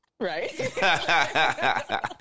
Right